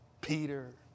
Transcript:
Peter